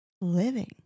living